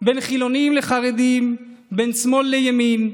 בין חילונים לחרדים, בין שמאל לימין,